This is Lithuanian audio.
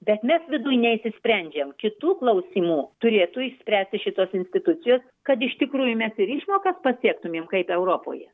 bet mes viduj neišsisprendžiam kitų klausimų turėtų išspręsti šitos institucijos kad iš tikrųjų mes ir išmokas pasiektumėm kaip europoje